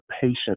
patient